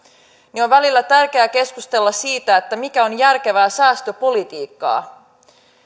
on välillä tärkeää keskustella siitä mikä on järkevää säästöpolitiikkaa